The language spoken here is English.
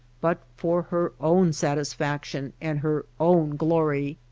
but for her own satisfaction and her own glory.